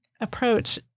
approach